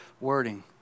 wording